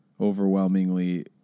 overwhelmingly